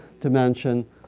dimension